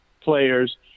players